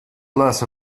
less